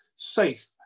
safe